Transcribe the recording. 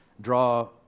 Draw